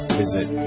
visit